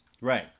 Right